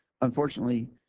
unfortunately